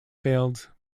failed